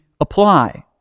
apply